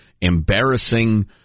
embarrassing